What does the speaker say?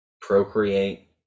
procreate